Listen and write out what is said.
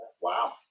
Wow